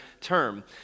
term